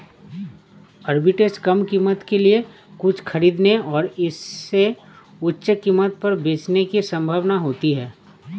arbitrage कम कीमत के लिए कुछ खरीदने और इसे उच्च कीमत पर बेचने की संभावना होती है